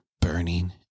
Burning